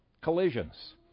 collisions